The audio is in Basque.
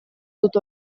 dut